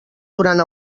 durant